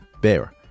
Bear